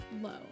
Low